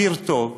אוויר טוב,